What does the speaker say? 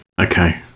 okay